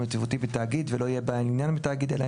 יציבותי בתאגיד ולא יהיה בעל עניין בתאגיד,